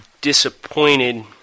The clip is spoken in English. disappointed